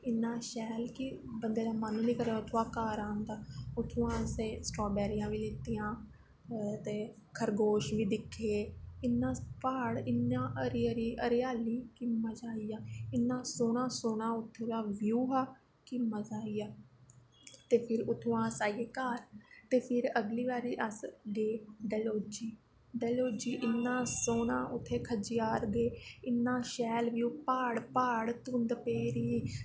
इन्ना शैल कि बंदे दा मन गै निं करै उत्थुआं घर आने दा उत्थुआं दा असें स्टावरियां बी लैत्तियां ते खरगोश गी दिक्खे इन्ना प्हाड़ू इन्नी हरी हरी प्हाड़ हरियाली मजा आई गेआ इन्ना सोह्ना सोह्ना उत्थूं दा व्यू हा कि मजा आई गेआ ते फिर उत्थुआं दा आई गे अस घर ते फिर अगली बारी अस गे डल्होजी उत्थें डल्होजी इन्ना सोह्ना उत्थें खजेयार दे इन्ना शैल व्यू प्हाड़ प्हाड़ धुंद पेदी